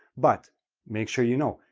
but make sure you know.